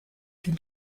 dient